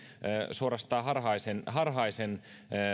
suorastaan harhaisen harhaisen